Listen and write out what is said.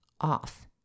off